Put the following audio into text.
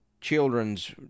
children's